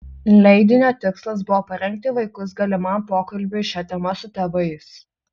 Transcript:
leidinio tikslas buvo parengti vaikus galimam pokalbiui šia tema su tėvais